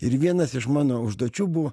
ir vienas iš mano užduočių buvo